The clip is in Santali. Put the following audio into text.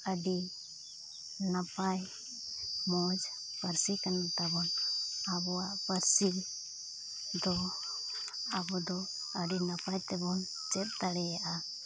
ᱟᱹᱰᱤ ᱱᱟᱯᱟᱭ ᱢᱚᱡᱽ ᱯᱟᱹᱨᱥᱤ ᱠᱟᱱᱛᱟᱵᱚᱱ ᱟᱵᱚᱣᱟᱜ ᱯᱟᱹᱨᱥᱤ ᱫᱚ ᱟᱵᱚᱫᱚ ᱟᱹᱰᱤ ᱱᱟᱯᱟᱭ ᱛᱮᱵᱚᱱ ᱪᱮᱫ ᱫᱟᱲᱮᱭᱟᱜᱼᱟ